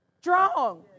strong